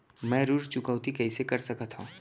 मैं ऋण चुकौती कइसे कर सकथव?